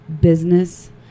business